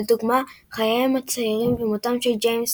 לדוגמה חייהם הצעירים ומותם של ג׳יימס